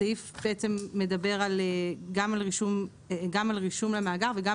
הסעיף בעצם מדבר גם על רישום למאגר וגם